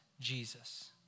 Jesus